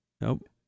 Nope